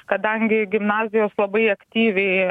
kadangi gimnazijos labai aktyviai